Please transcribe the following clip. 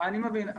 אני מבין,